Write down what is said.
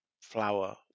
flower